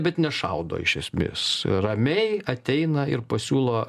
bet nešaudo iš esmės ramiai ateina ir pasiūlo